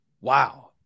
Wow